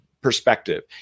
perspective